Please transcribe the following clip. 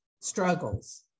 struggles